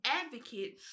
advocate